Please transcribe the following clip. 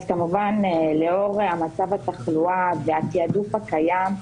כמובן לאור מצב התחלואה והתעדוף הקיים,